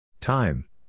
Time